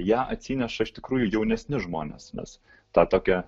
ją atsineša iš tikrųjų jaunesni žmonės mes tą tokią